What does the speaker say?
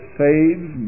saves